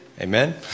Amen